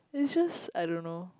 is just I don't know